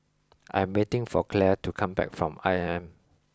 I am waiting for Claire to come back from I M M